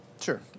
Sure